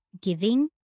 giving